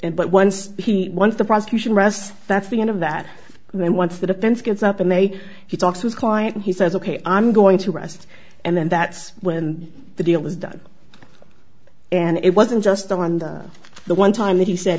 and but once he once the prosecution rests that's the end of that and once the defense gets up in the way he talks his client he says ok i'm going to rest and then that's when the deal is done and it wasn't just on the one time that he said